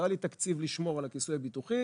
לא היה לי תקציב לשמור על הכיסוי הביטוחי